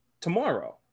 Tomorrow